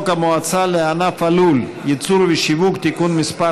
המועצה לענף הלול (ייצור ושיווק) (תיקון מס'